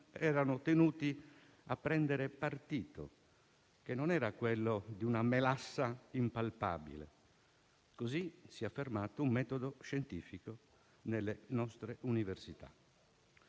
erano tenuti a prendere partito, che non era quello di una melassa impalpabile. Così si è affermato un metodo scientifico nelle nostre università.